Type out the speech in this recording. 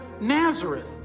Nazareth